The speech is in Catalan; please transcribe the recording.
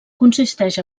consisteix